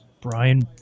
Brian